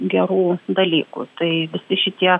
gerų dalykų tai visi šitie